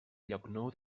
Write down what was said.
llocnou